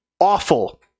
awful